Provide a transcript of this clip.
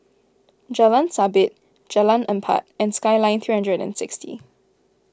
Jalan Sabit Jalan Empat and Skyline three hundred and sixty